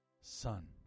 Son